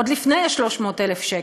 עוד לפני 300,000 שקל,